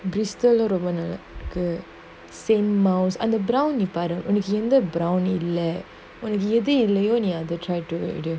bristol lah ரொம்ப நல்லா இருக்கு:romba nallaa iruku same mouse அந்த:antha brown நீ பாரு ஒனக்கு எந்த:nee paaru onaku entha brown இல்ல ஒனக்கு எது இல்லயோ நீ அது:illa onaku ethu illayo nee athu try to எடு:edu